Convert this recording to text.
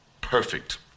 perfect